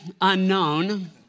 unknown